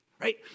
Right